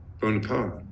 Bonaparte